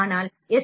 ஆனால் எஸ்